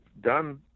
done